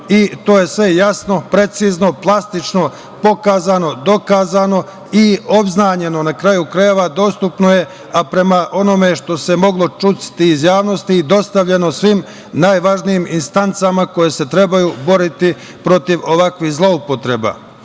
i to je sve jasno, precizno, plastično pokazano, dokazano i obznanjeno, na kraju krajeva, dostupno je, a prema onome što se moglo čuti iz javnosti i dostavljeno svim najvažnijim instancama koje se trebaju boriti protiv ovakvih zloupotreba. Moje